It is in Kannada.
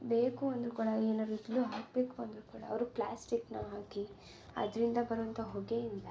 ಬೇಕು ಅಂದರೂ ಕೂಡ ಏನಾರು ಇದ್ದಿಲು ಹಾಕಬೇಕು ಅಂದರೂ ಕೂಡ ಅವರು ಪ್ಲಾಸ್ಟಿಕ್ಕನ್ನ ಹಾಕಿ ಅದರಿಂದ ಬರೊವಂಥ ಹೊಗೆಯಿಂದ